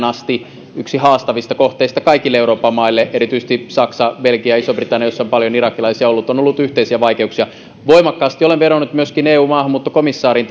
asti yksi haastavista kohteista kaikille euroopan maille erityisesti saksa belgia iso britannia joissa on paljon irakilaisia ollut on ollut yhteisiä vaikeuksia voimakkaasti olen vedonnut myöskin eun maahanmuuttokomissaariin